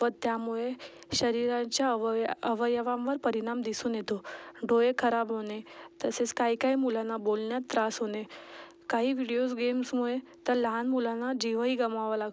व त्यामुळे शरीरांच्या अवय अवयवांवर परिणाम दिसून येतो डोळे खराब होणे तसेच काय काय मुलांना बोलण्यात त्रास होणे काही व्हिडियोज गेम्समुळे तर लहान मुलांना जीवही गमवावा लागतो